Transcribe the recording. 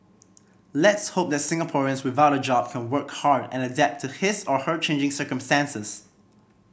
let's hope that Singaporeans without a job can work hard and adapt to his or her changing circumstances